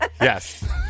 Yes